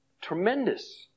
Tremendous